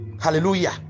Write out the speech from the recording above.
hallelujah